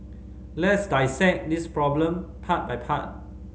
let's dissect this problem part by part